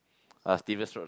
uh Stevens road lah